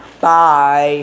Bye